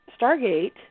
Stargate